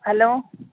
hello